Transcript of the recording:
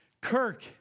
Kirk